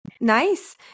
Nice